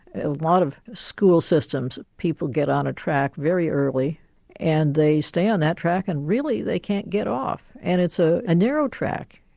a lot of school systems people get on a track very early and they stay on that track and really they can't get off, and it's ah a narrow track.